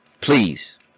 Please